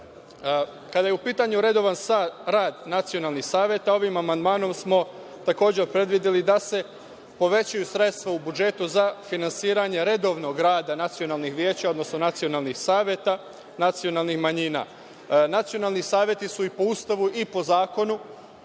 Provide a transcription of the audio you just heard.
dela. Kada je u pitanju redovan rad nacionalnih saveta, ovim amandmanom smo takođe predvideli da se povećaju sredstva u budžetu za finansiranje redovnog rada nacionalnih veća, odnosno nacionalnih saveta nacionalnih manjina. Nacionalni saveti su i po Ustavu i po zakonu